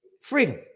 freedom